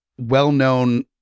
well-known